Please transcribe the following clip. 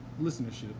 listenership